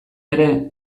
ere